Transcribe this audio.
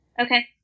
Okay